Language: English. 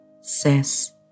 says